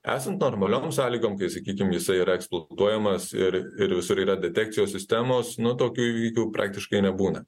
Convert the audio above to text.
esant normaliom sąlygom kai sakykim jisai yra eksploatuojamas ir ir visur yra detekcijos sistemos nu tokių įvykių praktiškai nebūna